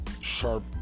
sharp